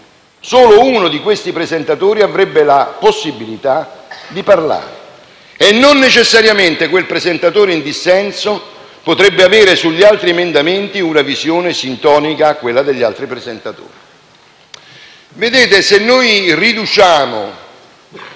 solo uno di questi presentatori avrebbe la possibilità di parlare, e non necessariamente quel presentatore in dissenso potrebbe avere sugli altri emendamenti una visione sintonica a quella degli altri presentatori.